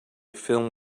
film